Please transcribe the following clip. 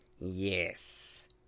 Yes